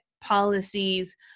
policies